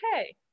Okay